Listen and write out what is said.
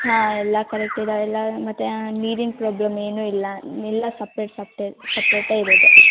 ಹಾಂ ಎಲ್ಲಾ ಕರೆಕ್ಟ್ ಇದೆ ಎಲ್ಲ ಮತ್ತು ನೀರಿನ ಪ್ರಾಬ್ಲಮ್ ಏನೂ ಇಲ್ಲ ಎಲ್ಲಾ ಸಪ್ರೇಟ್ ಸಪ್ರೇಟೇ ಇರೋದು